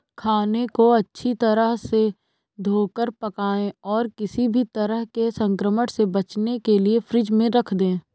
खाने को अच्छी तरह से धोकर पकाएं और किसी भी तरह के संक्रमण से बचने के लिए फ्रिज में रख दें